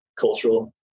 cultural